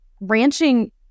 ranching